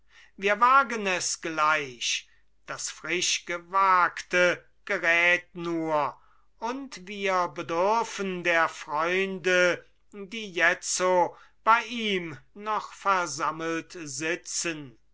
wir wagen es gleich das frischgewagte gerät nur und wir bedürfen der freunde die jetzo bei ihm noch versammelt sitzen